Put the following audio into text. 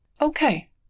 okay